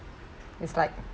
is like